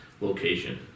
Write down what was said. location